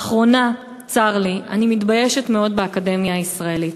לאחרונה אני מתביישת מאוד באקדמיה הישראלית.